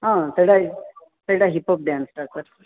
ହଁ ସେଇଟା ସେଇଟା ହିପ୍ ହପ୍ ଡ୍ୟାନ୍ସଟା ସାର୍